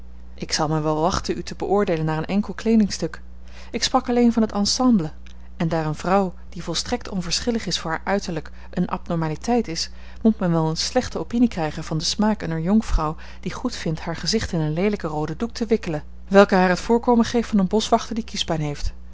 ik zal mij wel wachten u te beoordeelen naar een enkel kleedingstuk ik sprak alleen van het ensemble en daar eene vrouw die volstrekt onverschillig is voor haar uiterlijk eene abnormaliteit is moet men wel eene slechte opinie krijgen van den smaak eener jonkvrouw die goedvindt haar gezicht in een leelijken rooden doek te wikkelen welke haar het voorkomen geeft van een boschwachter die kiespijn heeft